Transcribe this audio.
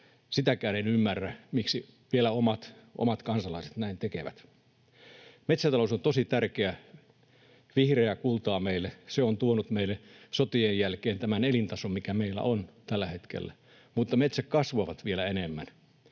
Sitäkään en ymmärrä, miksi vielä omat kansalaiset näin tekevät. Metsätalous on tosi tärkeä, vihreää kultaa meille. Se on tuonut meille sotien jälkeen tämän elintason, mikä meillä on tällä hetkellä, mutta metsät kasvavat vielä enemmän.